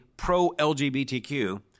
pro-LGBTQ